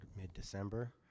mid-december